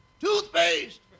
Toothpaste